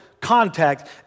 contact